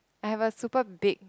I have a super big